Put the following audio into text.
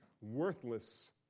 worthless